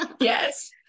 Yes